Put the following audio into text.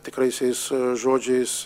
save tikraisiais žodžiais